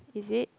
is it